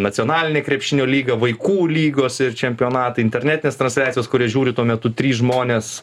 nacionalinė krepšinio lyga vaikų lygos ir čempionatai internetinės transliacijos kurias žiūri tuo metu trys žmonės